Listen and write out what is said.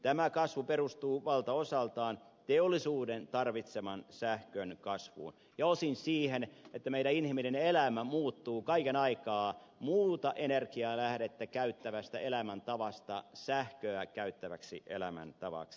tämä kasvu perustuu valtaosaltaan teollisuuden tarvitseman sähkön kasvuun ja osin siihen että meidän inhimillinen elämämme muuttuu kaiken aikaa muuta energianlähdettä käyttävästä elämäntavasta sähköä käyttäväksi elämäntavaksi